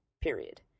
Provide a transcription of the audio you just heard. period